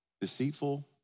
Deceitful